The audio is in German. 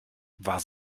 war